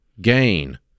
gain